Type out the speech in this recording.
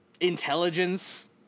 intelligence